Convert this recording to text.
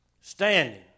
standing